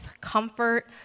comfort